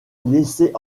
laissés